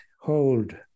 hold